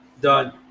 Done